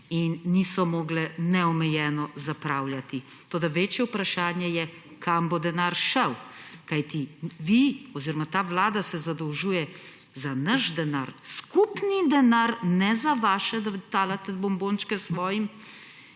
in niso mogle neomejeno zapravljati. Toda večje vprašanje je, kam bo denar šel, kajti vi oziroma ta vlada se zadolžuje za naš denar, skupni denar, ne za vaše, da delite bombončke svojim.